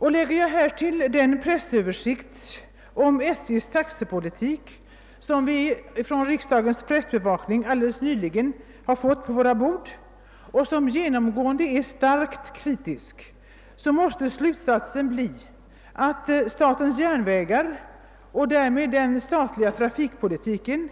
Lägger jag härtill den pressöversikt om SJ:s taxepolitik som vi alldeles nyligen har fått från riksdagens pressbevakning och som genomgående är starkt kritisk, måste slutsatsen bli att statens järnvägar och därmed den statliga trafikpolitiken